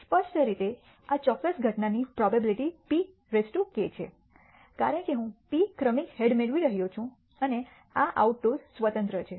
સ્પષ્ટ રીતે આ ચોક્કસ ઘટનાની પ્રોબેબીલીટી pk છે કારણ કે હું p ક્રમિક હેડ મેળવી રહ્યો છું અને આ આઉટ ટોસ સ્વતંત્ર છે